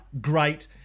great